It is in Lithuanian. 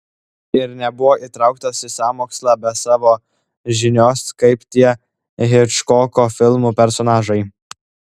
ir nebuvo įtrauktas į sąmokslą be savo žinios kaip tie hičkoko filmų personažai